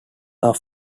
are